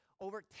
Over